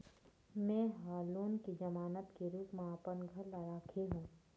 में ह लोन के जमानत के रूप म अपन घर ला राखे हों